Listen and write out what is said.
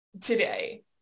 today